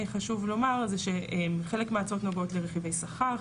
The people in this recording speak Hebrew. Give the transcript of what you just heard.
חשוב לומר זה שחלק מההצעות נוגעות לרכיבי שכר,